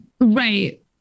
right